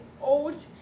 old